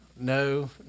no